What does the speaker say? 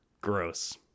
gross